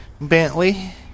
Bentley